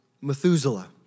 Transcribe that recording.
Methuselah